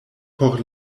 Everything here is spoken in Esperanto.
por